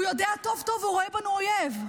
הוא יודע טוב טוב, והוא רואה בנו אויב.